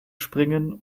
springen